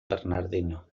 bernardino